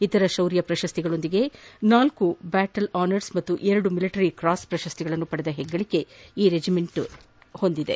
ಇತರ ಶೌರ್ಯ ಪ್ರಶಸ್ತಿಗಳೊಂದಿಗೆ ನಾಲ್ಕು ಬ್ಯಾಟಲ್ ಆನರ್ಸ್ ಮತ್ತು ಎರಡು ಮಿಲಿಟರಿ ಕ್ರಾಸ್ ಪ್ರಶಸ್ತಿಗಳನ್ನು ಪಡೆದ ಹೆಗ್ಗಳಿಕೆ ಈ ರೆಜಿಮೆಂಟ್ ಹೊಂದಿದೆ